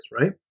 right